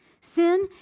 Sin